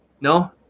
No